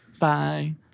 Bye